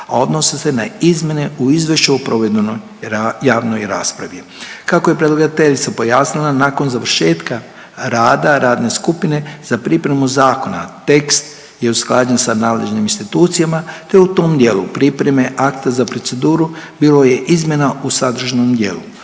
a odnose se na izmjene u izvješću o provedenoj javnoj raspravi. Kako je predlagateljica objasnila, nakon završetka rada radne skupine za pripremu zakona tekst je usklađen s nadležnim institucijama te u tom dijelu pripreme akta za proceduru bilo je izmjena u sadržnom dijelu,